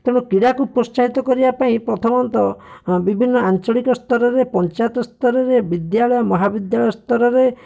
ତେଣୁ କ୍ରୀଡ଼ାକୁ ପ୍ରୋତ୍ସାହିତ କରିବା ପାଇଁ ପ୍ରଥମତଃ ବିଭିନ୍ନ ଆଞ୍ଚଳିକ ସ୍ତରରେ ପଞ୍ଚାୟତ ସ୍ତରରେ ବିଦ୍ୟାଳୟ ମହାବିଦ୍ୟାଳୟ ସ୍ତରରେ